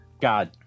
God